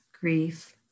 grief